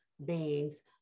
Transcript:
beings